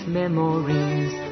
memories